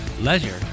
leisure